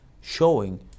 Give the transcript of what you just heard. showing